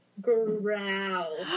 growl